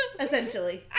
essentially